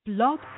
Blog